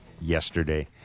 yesterday